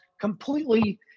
completely